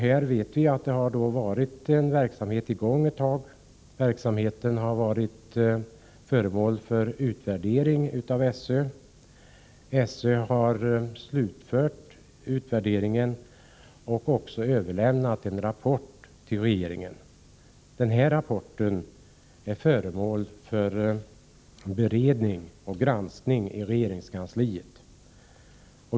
Den verksamheten har varit i gång ett tag och också blivit föremål för utvärdering av SÖ, som överlämnat en rapport till regeringen. Rapporten bereds nu i regeringskansliet.